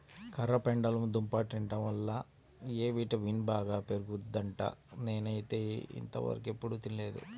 కర్రపెండలం దుంప తింటం వల్ల ఎ విటమిన్ బాగా పెరుగుద్దంట, నేనైతే ఇంతవరకెప్పుడు తినలేదు